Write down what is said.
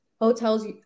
Hotels